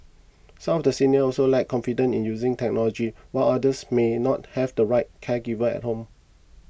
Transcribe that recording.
some of the seniors also lack confidence in using technology while others may not have the right caregivers at home